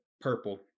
purple